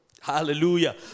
Hallelujah